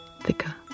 thicker